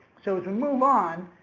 so as we move on,